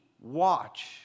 watch